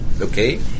Okay